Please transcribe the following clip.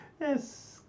Yes